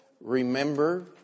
remember